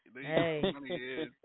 Hey